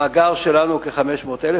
במאגר שלנו יש כ-500,000,